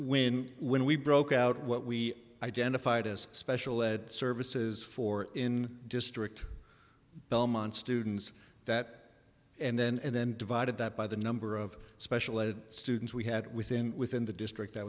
when when we broke out what we identified as special ed services for in district belmont students that and then and then divide that by the number of special ed students we had within within the district